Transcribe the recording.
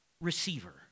receiver